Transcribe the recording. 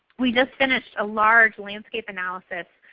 we just finished a large landscape analysis.